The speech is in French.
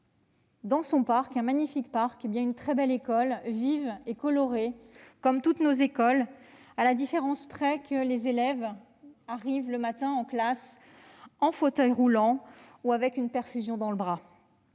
au milieu d'un magnifique parc, une très belle école, colorée comme toutes nos écoles, à la différence près que les élèves arrivent le matin en classe en fauteuil roulant ou avec une perfusion au bras.